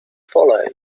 follows